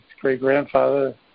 great-grandfather